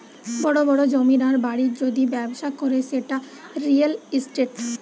বড় বড় জমির আর বাড়ির যদি ব্যবসা করে সেটা রিয়্যাল ইস্টেট